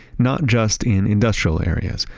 not just in industrial areas,